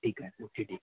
ठीक आहे ओके ठीक